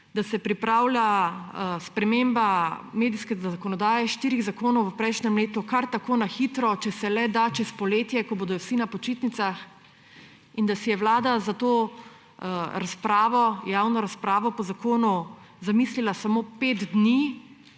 da se pripravlja sprememba medijske zakonodaje štirih zakonov v prejšnjem letu kar tako na hitro, če se le da čez poletje, ko bodo vsi na počitnicah, in da si je Vlada za to javno razpravo po zakonu zamislila samo pet dni,